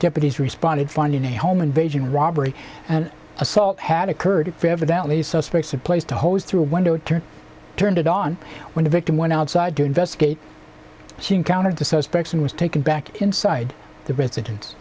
deputies responded finding a home invasion robbery and assault had occurred evidently suspects a place to hose through a window turn turned it on when the victim went outside to investigate she encountered the suspects and was taken back inside the residen